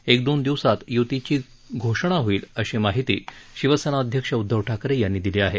एक दोन दिवसात युतीची घोषणा होईल अशी माहिती शिवसेना अध्यक्ष उद्दव ठाकरे यांनी दिली आहे